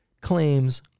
claims